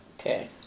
Okay